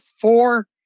four